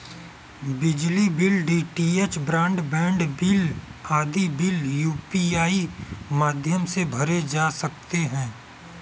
बिजली bill, DTH broadband bill आदि bill UPI माध्यम से भरे जा सकते हैं